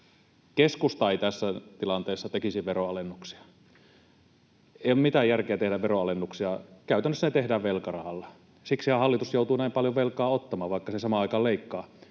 Keskusta ei tässä tilanteessa tekisi veronalennuksia. Ei ole mitään järkeä tehdä veronalennuksia, käytännössä se tehdään velkarahalla. Siksihän hallitus joutuu näin paljon velkaa ottamaan, vaikka se samaan aikaan leikkaa